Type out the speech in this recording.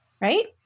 Right